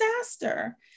disaster